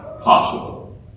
possible